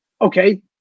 okay